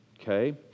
okay